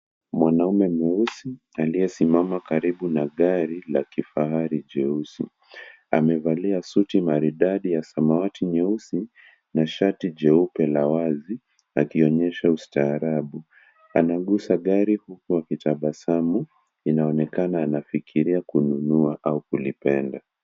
Mwanamume mweusi aliyesimama karibu na gari la kifahari jeusi. Amevalia suti maridadi ya samawati nyeusi na sharti jeupe la wazi akionyesha ustaarabu. Anagusa gari huku wakitabasamu, inaonekana anafikiria kununua au kulipenda,